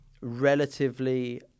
relatively